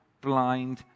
blind